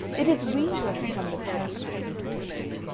it is we who have become the parasites and toys.